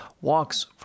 walks